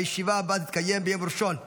הישיבה הבאה תתקיים ביום ראשון ב'